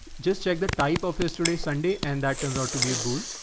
just check the type of history sunday. and that turns out to be a bull.